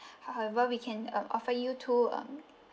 however we can uh offer you two um